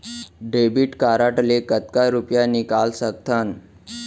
Debit card ले कतका रुपिया निकाल सकथन?